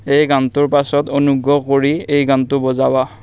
এই গানটোৰ পাছত অনুগ্ৰহ কৰি এই গানটো বজাবা